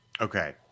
Okay